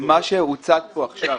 מה שהוצג פה עכשיו,